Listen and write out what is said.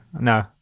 No